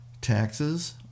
Taxes